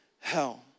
hell